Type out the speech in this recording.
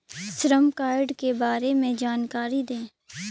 श्रम कार्ड के बारे में जानकारी दें?